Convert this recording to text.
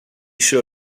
sure